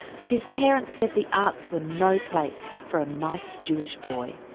but his parents said the arts were no place for a nice jewish boy.